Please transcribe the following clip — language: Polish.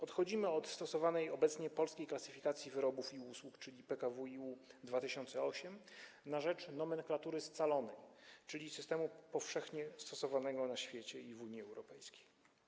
Odchodzimy od stosowanej obecnie Polskiej Klasyfikacji Wyrobów i Usług, czyli PKWiU 2008, na rzecz nomenklatury scalonej, czyli systemu powszechnie stosowanego na świecie i w Unii Europejskiej.